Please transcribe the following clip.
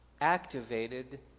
activated